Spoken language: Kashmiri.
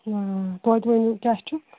توتہِ ؤنِو کیٛاہ چھُکھ